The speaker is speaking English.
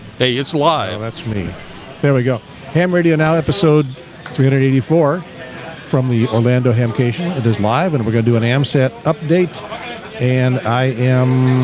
hey, it's live, that's me there we go ham radio now episode three hundred and eighty four from the orlando ham occasion it is live and we're gonna do an am set update and i am